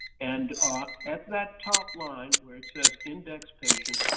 and at that top line, where it says index patient,